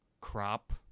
crop